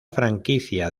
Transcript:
franquicia